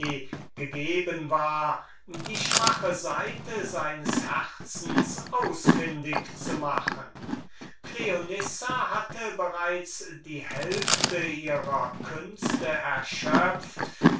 war die schwache seite von seinem herzen ausfündig zu machen cleonissa hatte bereits die hälfte ihrer künste erschöpft